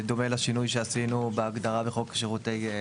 וכן בנק חוץ כמשמעותו בחוק האמור"".